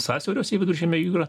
sąsiaurius į viduržemio jūrą